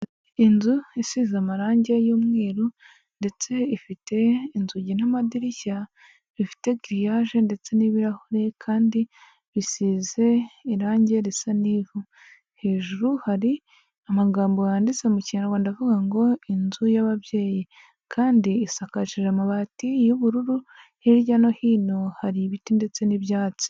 Inzu isize amarangi y'umweru ndetse ifite inzugi n'amadirishya bifite giriyage ndetse n'ibirahure kandi bisize irangi risa n'ivu. Hejuru hari amagambo yanditse mu kinyarwanda avuga ngo "Inzu y'ababyeyi" kandi isakaje amabati y'ubururu, hirya no hino hari ibiti ndetse n'ibyatsi.